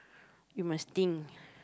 you must think